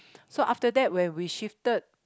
so after that when we shifted